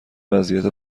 وضعیت